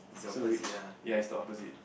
so rich ya it's the opposite